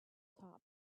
top